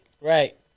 Right